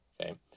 okay